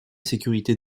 sécurité